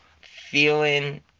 feeling